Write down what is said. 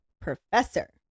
Professor